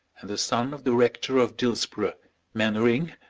and the son of the rector of dillsborough mainwaring,